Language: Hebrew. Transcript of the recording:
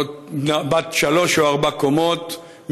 בת שלוש או ארבע קומות,